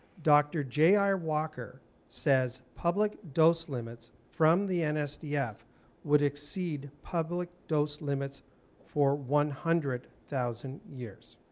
dr. j r. walker says public dose limits from the nsdf would exceed public dose limits for one hundred thousand years.